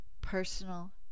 personal